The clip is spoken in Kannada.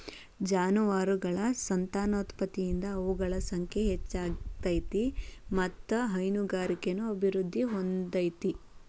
ಜಾನುವಾರಗಳ ಸಂತಾನೋತ್ಪತ್ತಿಯಿಂದ ಅವುಗಳ ಸಂಖ್ಯೆ ಹೆಚ್ಚ ಆಗ್ತೇತಿ ಮತ್ತ್ ಹೈನುಗಾರಿಕೆನು ಅಭಿವೃದ್ಧಿ ಹೊಂದತೇತಿ